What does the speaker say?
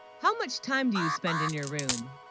how much time do you spend in your room